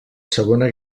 segona